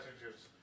messages